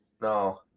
no